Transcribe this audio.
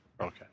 Okay